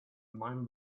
mind